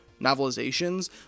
novelizations